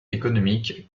économique